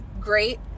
great